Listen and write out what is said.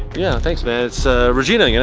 yeah, thanks man. it's regina, you know?